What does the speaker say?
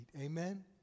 Amen